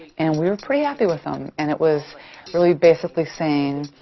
and we were pretty happy with them, and it was really basically saying,